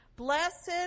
Blessed